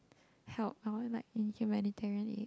help I want like in humanitarian aid